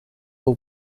all